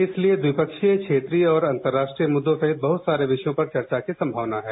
इसलिए द्विपक्षीय क्षेत्रीय और अंतर्राष्ट्रीय मुद्दों सहित बहत सारे विषयों पर चर्चा की संभावना है